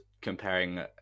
comparing